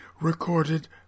recorded